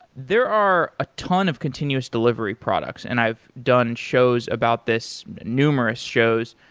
there are a ton of continuous delivery products and i've done shows about this, numerous shows,